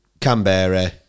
Canberra